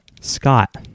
Scott